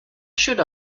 should